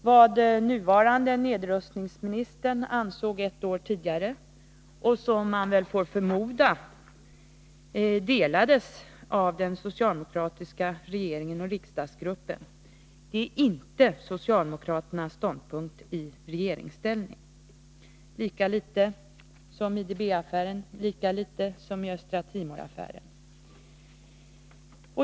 Vad nuvarande nedrustningsministern ansett ett år tidigare och som man får förmoda var en uppfattning som delades av den socialdemokratiska riksdagsgruppen är inte socialdemokraternas ståndpunkt i regeringsställning. Lika litet som IDB-affären, lika litet som Östra Timor-affären.